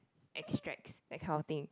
extracts that kind of thing